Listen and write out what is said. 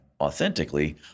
authentically